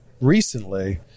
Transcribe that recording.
recently